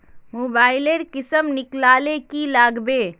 Mobile लेर किसम निकलाले की लागबे?